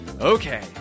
Okay